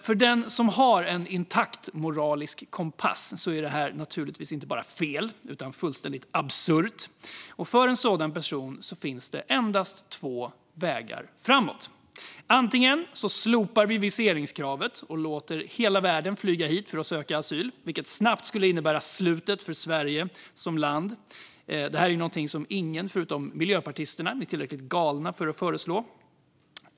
För den som har en intakt moralisk kompass är det här naturligtvis inte bara fel utan fullständigt absurt, och för en sådan person finns det endast två vägar framåt. Antingen slopar vi viseringskravet och låter hela världen flyga hit för att söka asyl, vilket snabbt skulle innebära slutet för Sverige som land. Det här är någonting som inga förutom miljöpartisterna är tillräckligt galna för att föreslå.